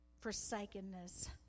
forsakenness